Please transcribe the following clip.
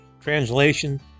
Translation